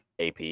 AP